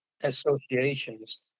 Associations